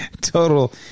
total